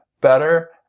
better